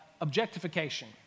objectification